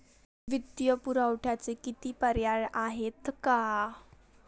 वित्तीय पुरवठ्याचे किती पर्याय आहेत का?